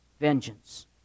vengeance